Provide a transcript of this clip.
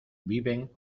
viven